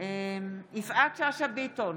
בהצבעה יפעת שאשא ביטון,